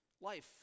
life